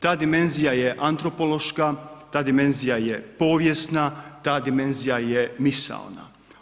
Ta dimenzija je antropološka, ta dimenzija je povijesna, ta dimenzija je misaona.